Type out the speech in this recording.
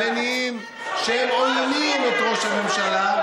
ממניעים שעוינים את ראש הממשלה,